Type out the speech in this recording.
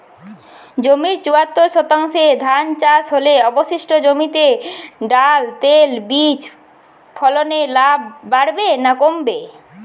জমির চুয়াত্তর শতাংশে ধান চাষ হলে অবশিষ্ট জমিতে ডাল তৈল বীজ ফলনে লাভ বাড়বে না কমবে?